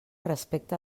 respecta